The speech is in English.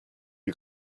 you